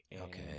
Okay